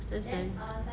that's nice